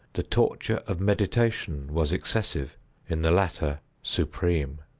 the torture of meditation was excessive in the latter, supreme.